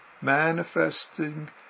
manifesting